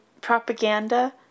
propaganda